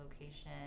location